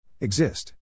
Exist